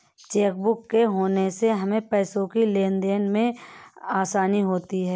chequebook के होने से हमें पैसों की लेनदेन में आसानी होती हैँ